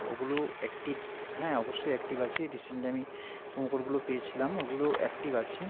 ওগুলো অ্যাক্টিভ হ্যাঁ অবশ্যই অ্যাক্টিভ আছে রিসেন্টলি আমি প্রোমো কোডগুলো পেয়েছিলাম ওগুলো অ্যাক্টিভ আছে